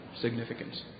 significance